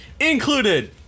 included